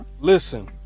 Listen